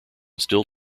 still